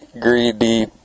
greedy